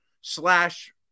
slash